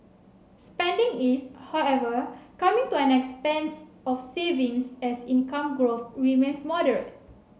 spending is however coming to expense of savings as income growth remains moderate